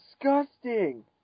disgusting